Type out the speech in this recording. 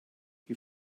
you